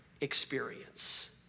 experience